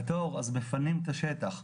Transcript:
אז מפנים את השטח בתור,